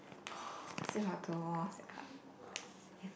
still got two more sia